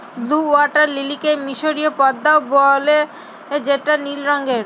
blue water লিলিকে মিসরীয় পদ্মাও বলে যেটা নীল রঙের